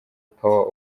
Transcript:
power